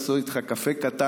סועד איתך עם קפה קטן,